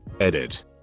Edit